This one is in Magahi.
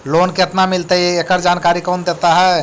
लोन केत्ना मिलतई एकड़ जानकारी कौन देता है?